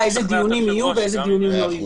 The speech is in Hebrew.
איזה דיונים יהיו ואיזה דיונים לא יהיו.